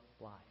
life